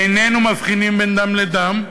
איננו מבחינים בין דם לדם,